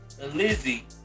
Lizzie